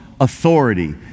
authority